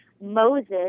Moses